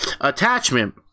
attachment